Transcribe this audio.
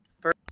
First